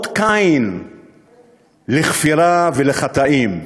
אות קין לכפירה ולחטאים.